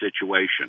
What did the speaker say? situation